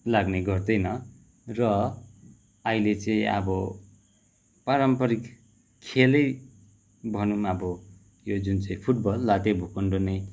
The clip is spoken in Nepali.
लाग्ने गर्दैन र अहिले चाहिँ अब पारम्परिक खेलै भनौँ अब यो जुन चाहिँ फुटबल लातेभुकुन्डो नै